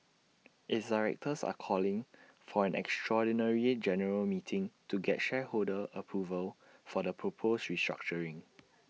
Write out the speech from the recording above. its directors are calling for an extraordinary general meeting to get shareholder approval for the proposed restructuring